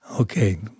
Okay